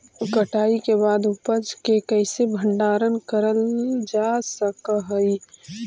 कटाई के बाद उपज के कईसे भंडारण करल जा सक हई?